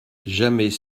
jamais